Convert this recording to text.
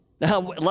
Now